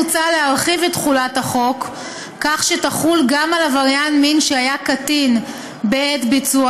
מוצע להרחיב את תחולת החוק כך שתחול גם על עבריין מין שהיה קטין בעת ביצוע